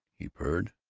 he purred.